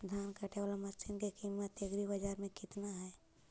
धान काटे बाला मशिन के किमत एग्रीबाजार मे कितना है?